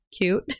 cute